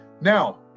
Now